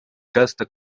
casta